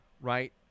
Right